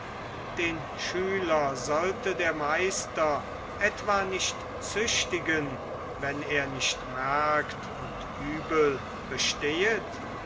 den schüler sollte der meister etwa nicht züchtigen wenn er nicht merkt und übel bestehet